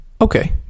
okay